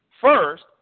first